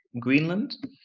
greenland